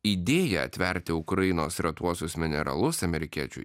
idėja atverti ukrainos retuosius mineralus amerikiečių